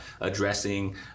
addressing